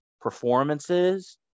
performances